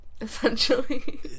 essentially